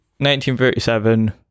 1937